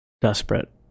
desperate